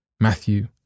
Matthew